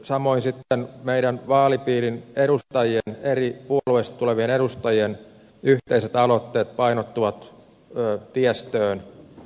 samoin sitten meidän vaalipiirin edustajien eri puolueista tulevien edustajien yhteiset aloitteet painottuvat tiestöön